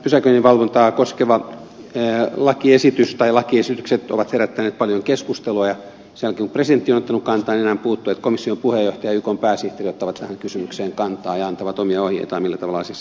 todellakin nämä pysäköinninvalvontaa koskevat lakiesitykset ovat herättäneet paljon keskustelua ja sen jälkeen kun presidentti on ottanut kantaa niin enää puuttuu että komission puheenjohtaja ja ykn pääsihteeri ottavat tähän kysymykseen kantaa ja antavat omia ohjeitaan millä tavalla asiassa pitäisi toimia